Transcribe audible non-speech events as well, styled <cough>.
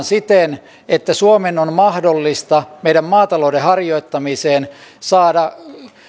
<unintelligible> siten että suomen on mahdollista saada meidän maatalouden harjoittamiseen